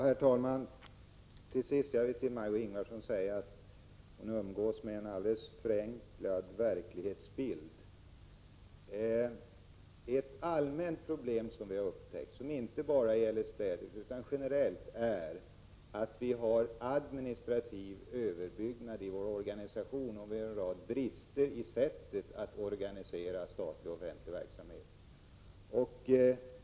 Herr talman! Till sist vill jag säga till Margé Ingvardsson att hon umgås med en förenklad verklighetsbild. Det är ett allmänt problem som vi har upptäckt, som inte bara gäller städning. Generellt gäller att vi har en administrativ överbyggnad i vår organisation och en rad brister i sättet att organisera statlig verksamhet.